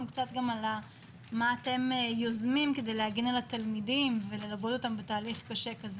מה אתם יוזמים כדי להגן על התלמידים וללוות אותם בתהליך קשה כזה?